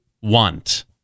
want